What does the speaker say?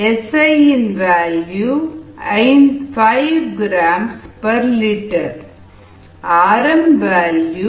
1 thus for Si 5 gl Rm 0